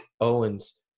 Owens